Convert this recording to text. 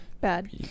bad